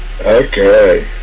Okay